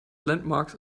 landmarks